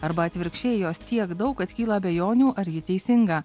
arba atvirkščiai jos tiek daug kad kyla abejonių ar ji teisinga